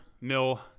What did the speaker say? mill